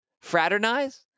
fraternize